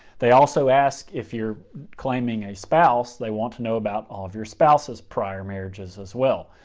they also ask if you're claiming a spouse, they want to know about all of your spouse's prior marriages as well.